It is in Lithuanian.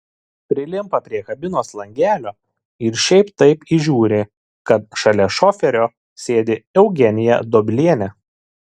prilimpa prie kabinos langelio ir šiaip taip įžiūri kad šalia šoferio sėdi eugenija dobilienė